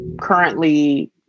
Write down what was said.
currently